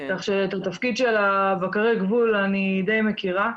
כך שאת התפקיד של בקרי הגבול אני די מכירה.